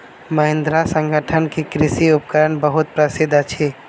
महिंद्रा संगठन के कृषि उपकरण बहुत प्रसिद्ध अछि